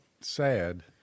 sad